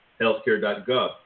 healthcare.gov